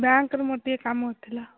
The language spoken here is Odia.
ବ୍ୟାଙ୍କ୍ରେ ମୋର ଟିକେ କାମ ଥିଲା